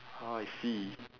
ah I see